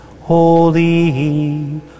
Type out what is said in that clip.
Holy